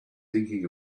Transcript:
thinking